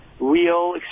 real